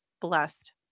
blessed